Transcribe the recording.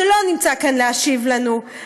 שלא נמצא כאן להשיב לנו,